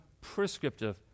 prescriptive